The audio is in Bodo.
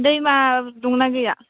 दैमा दंना गैया